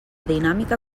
dinàmica